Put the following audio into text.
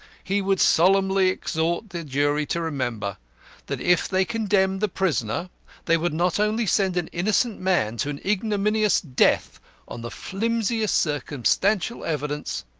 he would solemnly exhort the jury to remember that if they condemned the prisoner they would not only send an innocent man to an ignominious death on the flimsiest circumstantial evidence,